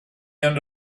end